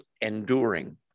enduring